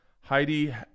Heidi